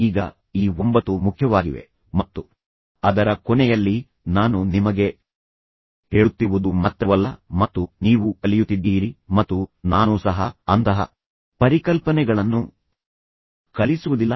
ಈಗ ಈ ಒಂಬತ್ತು ಮುಖ್ಯವಾಗಿವೆ ಮತ್ತು ಅದರ ಕೊನೆಯಲ್ಲಿ ನಾನು ನಿಮಗೆ ಹೇಳುತ್ತಿರುವುದು ಮಾತ್ರವಲ್ಲ ಮತ್ತು ನೀವು ಕಲಿಯುತ್ತಿದ್ದೀರಿ ಮತ್ತು ನಾನು ಸಹ ಅಂತಹ ಪರಿಕಲ್ಪನೆಗಳನ್ನು ಕಲಿಸುವುದಿಲ್ಲ